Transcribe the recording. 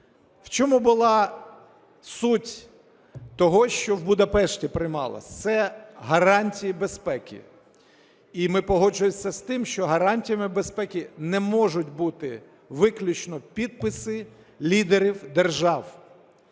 в чому була суть того, що в Будапешті приймалося. Це гарантії безпеки. І ми погоджуємося з тим, що гарантіями безпеки не можуть бути виключно підписи лідерів держав,